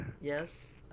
Yes